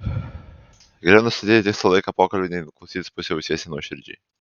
geriau nustatyti tikslų laiką pokalbiui nei klausytis puse ausies nenuoširdžiai